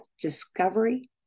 Discovery